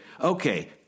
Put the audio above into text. okay